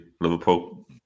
Liverpool